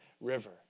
River